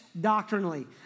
doctrinally